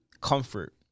comfort